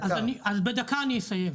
אז בדקה אני אסיים.